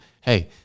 hey